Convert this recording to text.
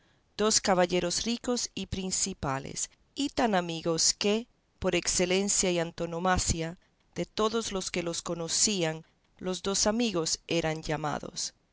dos caballeros ricos y principales y tan amigos que por excelencia y antonomasia de todos los que los conocían los dos amigos eran llamados